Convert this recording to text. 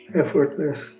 effortless